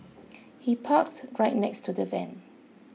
he parked right next to the van